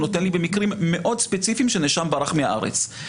הוא נותן לי במקרים מאוד ספציפיים שנאשם ברח מהארץ.